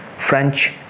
French